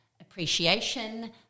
appreciation